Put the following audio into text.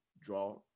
draw